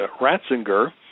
Ratzinger